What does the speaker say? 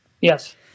Yes